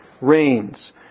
rains